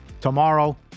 Tomorrow